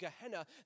Gehenna